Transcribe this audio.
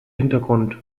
hintergrund